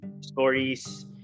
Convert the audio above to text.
stories